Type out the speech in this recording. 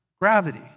Gravity